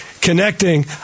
connecting